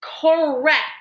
Correct